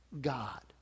God